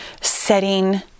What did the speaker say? setting